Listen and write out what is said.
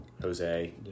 Jose